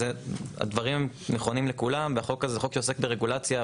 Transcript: הדברים נכונים לכולם והחוק הזה זה חוק שעוסק ברגולציה.